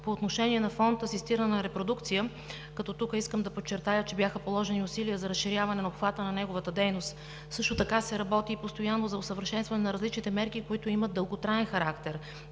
по отношение на Фонд „Асистирана репродукция“, като тук искам да подчертая, че бяха положени усилия за разширяване на обхвата на неговата дейност. Работи се постоянно и за усъвършенстване на различните мерки, които имат дълготраен характер.